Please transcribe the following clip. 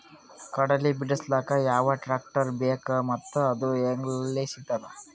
ಕಡಲಿ ಬಿಡಿಸಲಕ ಯಾವ ಟ್ರಾಕ್ಟರ್ ಬೇಕ ಮತ್ತ ಅದು ಯಲ್ಲಿ ಸಿಗತದ?